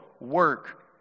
work